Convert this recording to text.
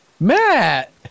Matt